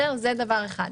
זה דבר אחד.